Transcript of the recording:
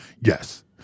Yes